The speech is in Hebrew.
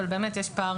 אבל יש פער